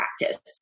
practice